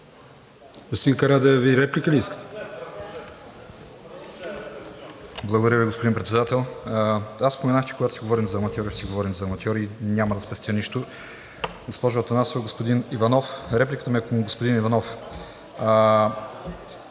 Благодаря Ви, господин Председател. Аз споменах, че когато си говорим за аматьори, ще си говорим за аматьори и няма да спестя нищо. Госпожо Атанасова, господин Иванов! Репликата ми е към господин Иванов.